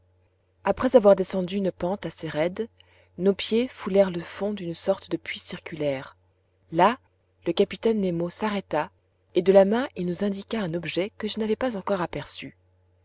après avoir descendu une pente assez raide nos pieds foulèrent le fond d'une sorte de puits circulaire là le capitaine nemo s'arrêta et de la main il nous indiqua un objet que je n'avais pas encore aperçu